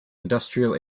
industrial